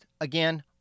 again